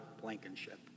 Blankenship